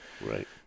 Right